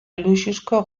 luxuzko